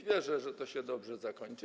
Wierzę, że to się dobrze zakończy.